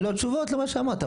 אלה התשובות למה שאמרת.